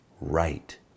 right